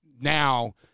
now